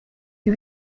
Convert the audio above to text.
who